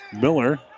Miller